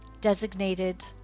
designated